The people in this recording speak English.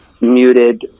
muted